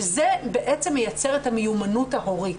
שזה בעצם מייצר את המיומנות ההורית,